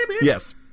yes